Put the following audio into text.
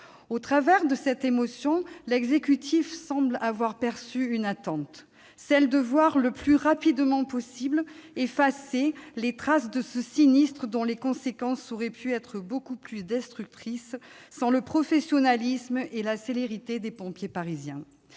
Au travers de cette émotion, l'exécutif semble avoir perçu une attente, celle que soient le plus rapidement possible effacées les traces de ce sinistre, dont les conséquences auraient pu être beaucoup plus destructrices sans le professionnalisme et la célérité des pompiers parisiens.